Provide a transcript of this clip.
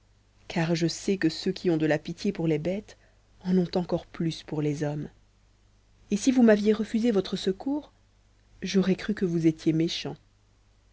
car je sais que ceux qui ont de la pitié pour les bêtes en ont encore plus pour les hommes et si vous m'aviez refusé votre secours j'aurais cru que vous étiez méchant